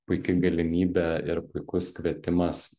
puiki galimybė ir puikus kvietimas